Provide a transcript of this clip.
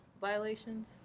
violations